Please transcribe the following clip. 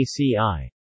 ACI